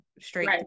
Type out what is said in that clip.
straight